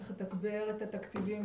לתגבר את התקציבים,